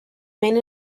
main